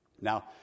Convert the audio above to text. Now